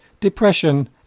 depression